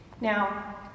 now